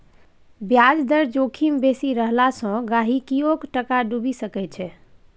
ब्याज दर जोखिम बेसी रहला सँ गहिंकीयोक टाका डुबि सकैत छै